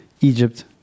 Egypt